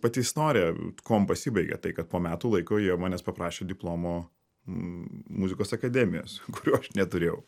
pati istorija kuom pasibaigė tai kad po metų laiko jie manęs paprašė diplomo muzikos akademijos kurio aš neturėjau